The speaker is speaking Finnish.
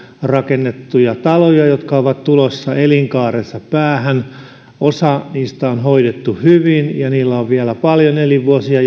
rakennettuja taloja jotka ovat tulossa elinkaarensa päähän osa niistä on hoidettu hyvin ja niillä on vielä paljon elinvuosia